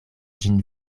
ĝin